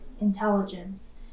intelligence